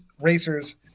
racers